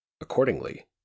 Accordingly